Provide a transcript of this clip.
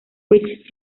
rich